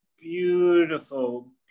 beautiful